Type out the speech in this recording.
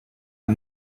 are